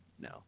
No